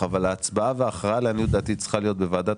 אבל ההצבעה וההכרעה לעניות דעתי צריכה להיות בוועדת